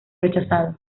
rechazado